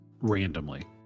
randomly